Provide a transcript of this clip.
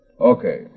Okay